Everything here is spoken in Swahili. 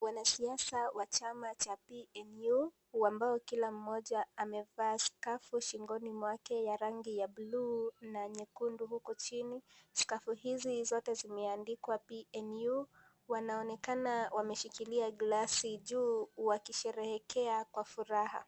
Wanasiasa wa chama cha (cs)PNU(cs) ambao kila mmoja amevaa skafu shingoni mwake ya rangi ya buluu na nyekundu huku chini, skafu hizi zote zimeandikwa (cs)PNU(cs) wanaonekana wameshikilia glasi juu wakisherehekea kwa furaha.